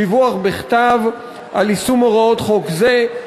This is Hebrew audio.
דיווח בכתב על יישום הוראות חוק זה,